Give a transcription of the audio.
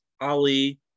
Ali